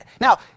Now